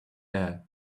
air